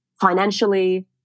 financially